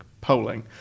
polling